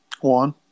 One